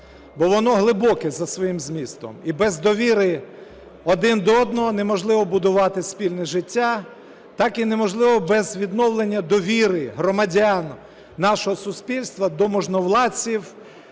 бо воно глибоке за своїм змістом. І без довіри один до одного неможливо будувати спільне життя, так і неможливо без відновлення довіри громадян нашого суспільства до можновладців